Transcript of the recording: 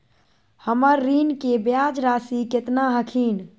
हमर ऋण के ब्याज रासी केतना हखिन?